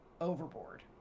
Overboard